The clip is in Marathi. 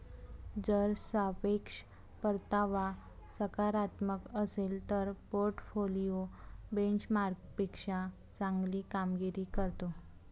जर सापेक्ष परतावा सकारात्मक असेल तर पोर्टफोलिओ बेंचमार्कपेक्षा चांगली कामगिरी करतो